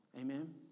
Amen